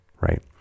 right